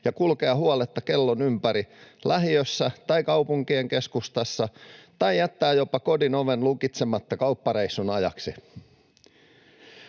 ja kulkea huoletta kellon ympäri lähiössä tai kaupunkien keskustassa tai jättää jopa kodin oven lukitsematta kauppareissun ajaksi?